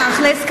תכל'ס,